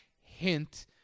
hint